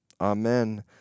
Amen